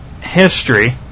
history